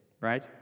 right